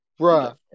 Bruh